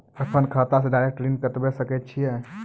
अपन खाता से डायरेक्ट ऋण कटबे सके छियै?